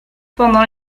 pendant